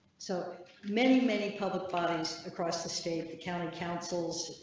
so many many public bodies across the state of the counter councils.